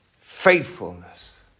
faithfulness